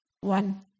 One